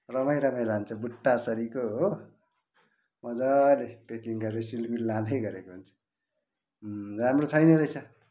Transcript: रमाई रमाई लान्छ बुट्टासरिको हो मजाले पेकिङ गरे सिलगडी लाँदै गरेको हुन्छ राम्रो छैन रहेछ